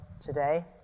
today